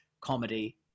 comedy